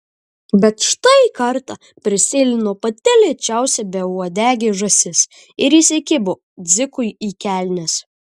bet štai kartą prisėlino pati lėčiausia beuodegė žąsis ir įsikibo dzikui į kelnes